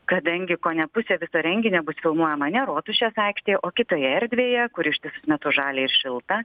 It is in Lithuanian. kadangi kone pusė viso renginio bus filmuojama ne rotušės aikštėje o kitoje erdvėje kur ištisus metus žalia ir šilta